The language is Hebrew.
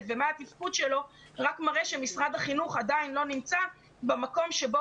ומה התפקוד רק מראה שמשרד החינוך עדיין לא נמצא במקום שבו